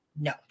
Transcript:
no